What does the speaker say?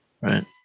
Right